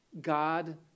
God